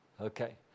Okay